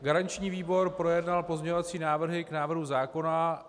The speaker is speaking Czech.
Garanční výbor projednal pozměňovací návrhy k návrhu zákona.